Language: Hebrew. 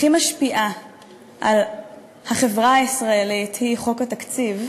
הכי משפיעה על החברה הישראלית, הצעת חוק התקציב,